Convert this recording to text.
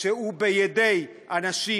שהוא בידי אנשים,